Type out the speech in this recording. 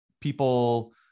people